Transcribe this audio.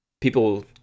people